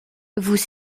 vous